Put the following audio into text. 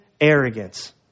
arrogance